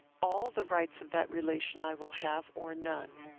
all the rights of that relation i will have, or none.